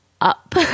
up